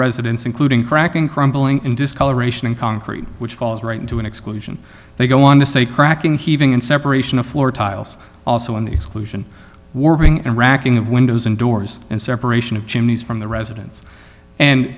residence including cracking crumbling and discoloration and concrete which falls right into an exclusion they go on to say cracking heaving and separation of floor tiles also in the exclusion warping and racking of windows and doors and separation of chimneys from the residence and